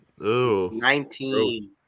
19